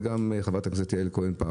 וגם חברת הכנסת יעל כהן-פארן,